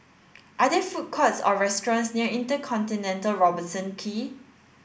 are there food courts or restaurants near InterContinental Robertson Quay